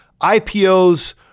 IPOs